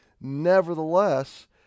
Nevertheless